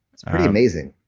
it's pretty amazing.